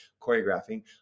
choreographing